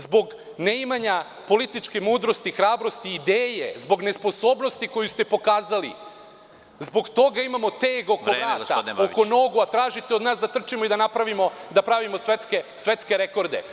Zbog ne imanja političke mudrosti, hrabrosti, ideje, zbog nesposobnosti koju ste pokazali, zbog toga imamo teg oko vrata, oko nogu, a tražite da trčimo i da napravimo svetske rekorde.